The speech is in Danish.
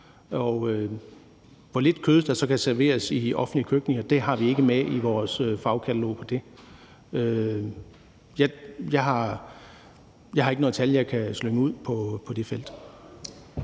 Hvor lidt kød der så kan serveres i de offentlige køkkener, har vi ikke med i vores fagkatalog. Jeg har ikke noget tal, jeg kan slynge ud på det felt.